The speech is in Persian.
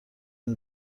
این